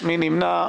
מי נמנע?